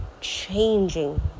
changing